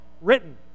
written